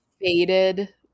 faded